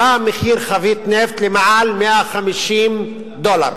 עלה מחיר חבית נפט ליותר מ-150 דולר,